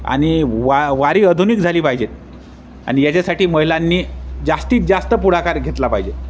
आणि वा वारी आधुनिक झाली पाहिजेत आणि याच्यासाठी महिलांनी जास्तीत जास्त पुढाकार घेतला पाहिजे